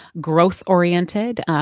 growth-oriented